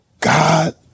God